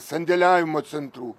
sandėliavimo centrų